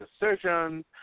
decisions